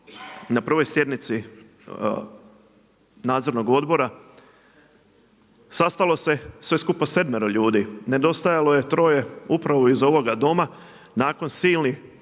na prvoj sjednici Nadzornog odbora sastalo se sve supa sedmero ljudi. Nedostajalo je troje upravo iz ovoga Doma. Nakon silnih